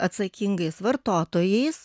atsakingais vartotojais